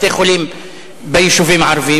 בתי-חולים ביישובים הערביים.